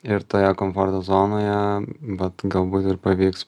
ir toje komforto zonoje vat galbūt ir pavyks